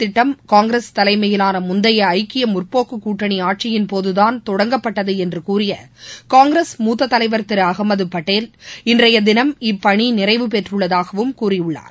திட்டர் காங்கிரஸ் தலைமையிலானமுந்தையஐக்கியமுற்போக்குக் ஏ சாட் கூட்டணிஆட்சியின்போதுதான் தொடங்கப்பட்டதுஎன்றுகூறியகாங்கிரஸ் முத்ததலைவர் திருஅகமதுபட்டேல் இன்றையதினம் இப்பணிநிறைவு பெற்றுள்ளதாகவும் கூறியுள்ளார்